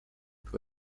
who